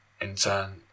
intern